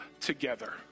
together